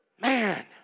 Man